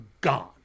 gone